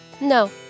No